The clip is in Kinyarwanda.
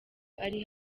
ari